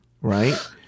right